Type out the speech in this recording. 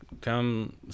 come